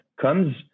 comes